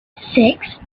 six